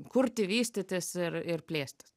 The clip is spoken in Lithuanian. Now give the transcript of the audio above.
kurti vystytis ir ir plėstis